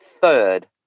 third